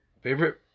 Favorite